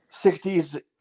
60s